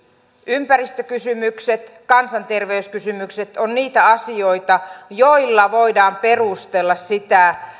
ympäristökysymykset kansanterveyskysymykset ovat niitä asioita joilla voidaan perustella sitä